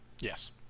yes